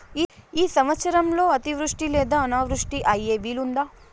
ఈ సంవత్సరంలో అతివృష్టి లేదా అనావృష్టి అయ్యే వీలుందా?